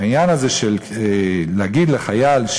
העניין הזה של להגיד לחייל,